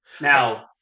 Now